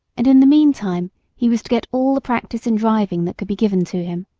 and in the meantime he was to get all the practice in driving that could be given to him.